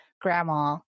Grandma